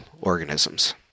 organisms